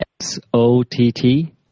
S-O-T-T